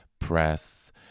press